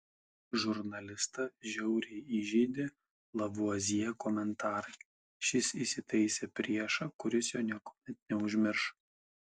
žurnalistą žiauriai įžeidė lavuazjė komentarai šis įsitaisė priešą kuris jo niekuomet neužmirš